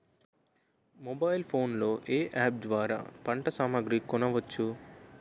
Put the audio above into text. Mobile phone లో ఏ app ద్వారా పంట సామాగ్రి కొనచ్చు?